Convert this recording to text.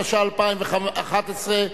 התשע"א 2011,